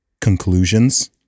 conclusions